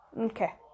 Okay